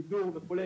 גידור וכו'.